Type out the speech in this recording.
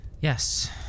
Yes